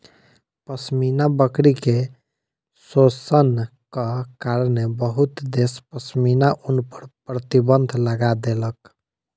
पश्मीना बकरी के शोषणक कारणेँ बहुत देश पश्मीना ऊन पर प्रतिबन्ध लगा देलक